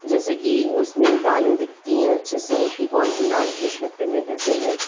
जैसे कि उस में दालें दिखती हैं अच्छे से कि कौनसी दाल किस डब्बे में कैसे है